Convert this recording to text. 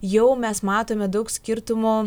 jau mes matome daug skirtumų